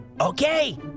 Okay